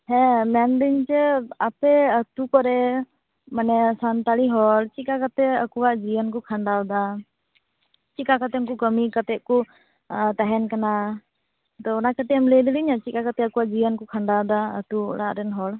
ᱦᱮ ᱢᱮᱱᱫᱟᱹᱧ ᱡᱮ ᱟᱯᱮ ᱟᱛᱳ ᱠᱚᱨᱮ ᱢᱟᱱᱮ ᱥᱟᱱᱛᱟᱲᱤ ᱦᱚᱲ ᱪᱮᱫ ᱞᱮᱠᱟ ᱠᱟᱛᱮ ᱟᱠᱚᱣᱟᱜ ᱡᱤᱭᱚᱱ ᱠᱚ ᱠᱷᱟᱸᱰᱟᱣ ᱮᱫᱟ ᱪᱮᱫ ᱞᱮᱠᱟ ᱠᱟᱛᱮ ᱠᱳ ᱠᱟᱹᱢᱤ ᱠᱟᱛᱮᱫ ᱠᱚ ᱟᱸ ᱛᱟᱦᱮᱱ ᱠᱟᱱᱟ ᱛᱚ ᱚᱱᱟ ᱠᱟᱹᱴᱤᱡ ᱮᱢ ᱞᱟᱹᱭ ᱫᱟᱲᱮᱭᱤᱧᱟ ᱪᱮᱫ ᱞᱮᱠᱟ ᱠᱟᱛᱮ ᱟᱠᱚᱣᱟᱜ ᱡᱤᱭᱚᱱ ᱠᱚ ᱠᱷᱟᱸᱰᱟᱣ ᱮᱫᱟ ᱟᱛᱳ ᱚᱲᱟᱜᱨᱮᱱ ᱦᱚᱲ